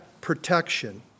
protection